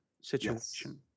situation